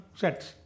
sets